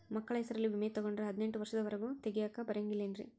ಮಕ್ಕಳ ಹೆಸರಲ್ಲಿ ವಿಮೆ ತೊಗೊಂಡ್ರ ಹದಿನೆಂಟು ವರ್ಷದ ಒರೆಗೂ ತೆಗಿಯಾಕ ಬರಂಗಿಲ್ಲೇನ್ರಿ?